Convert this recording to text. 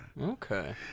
Okay